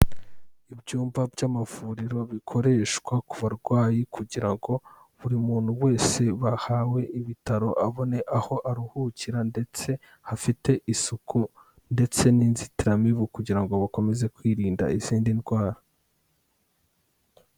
Ibyumba by'amavuriro bikoreshwa ku barwayi, kugira ngo buri muntu wese wahawe ibitaro abone aho aruhukira ndetse hafite isuku, ndetse n'inzitiramibu kugira ngo bakomeze kwirinda izindi ndwara.